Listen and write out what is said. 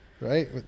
right